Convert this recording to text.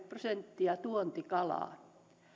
prosenttia tuontikalaa